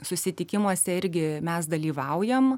susitikimuose irgi mes dalyvaujam